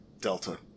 Delta